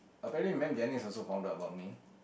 apparently ma'am Jenny also found out about me